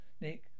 Nick